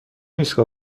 ایستگاه